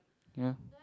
ya